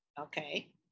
okay